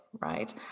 right